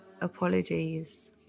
apologies